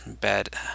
bad